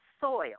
soil